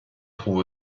trouve